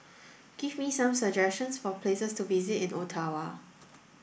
give me some suggestions for places to visit in Ottawa